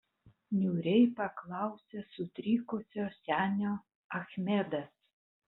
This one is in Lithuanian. niūriai paklausė sutrikusio senio achmedas